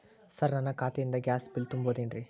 Sir ನನ್ನ ಖಾತೆಯಿಂದ gas bill ತುಂಬಹುದೇನ್ರಿ?